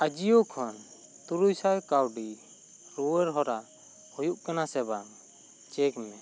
ᱟᱡᱤᱭᱚ ᱠᱷᱚᱱ ᱛᱩᱨᱩᱭ ᱥᱟᱭ ᱠᱟᱹᱣᱰᱤ ᱨᱩᱣᱟᱲ ᱦᱚᱨᱟ ᱦᱩᱭᱩᱜ ᱠᱟᱱᱟ ᱥᱮ ᱵᱟᱝ ᱪᱮᱠ ᱢᱮ